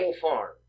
farm